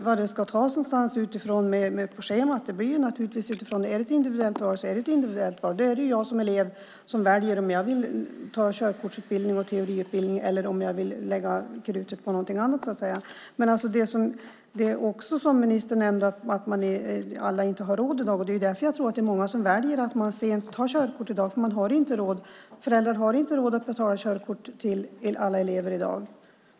Herr talman! Ministern frågar varifrån detta ska tas på schemat. Om det är ett individuellt val så är det ett individuellt val. Då är det jag som elev som väljer om jag vill ha körkortsutbildning och teoriutbildning eller om jag vill lägga krutet på någonting annat. Alla har inte råd, som ministern nämnde, och det är därför jag tror att många väljer att ta körkort sent i dag. Föräldrar har inte råd att betala körkort för alla elever i dag.